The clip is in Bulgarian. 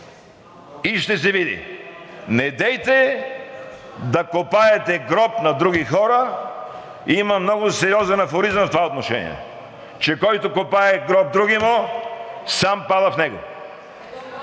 и ще се види. Недейте да копаете гроб на други хора! Има много сериозен афоризъм в това отношение – че който копае гроб другиму, сам пада в него.